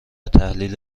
تحلیل